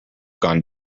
gone